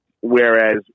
whereas